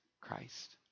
Christ